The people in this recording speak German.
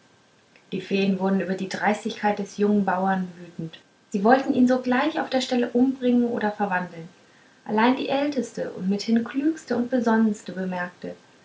die feen wurden über die dreistigkeit des jungen bauern wütend sie wollten ihn sogleich auf der stelle umbringen oder verwandeln allein die älteste und mithin klügste und besonnenste bemerkte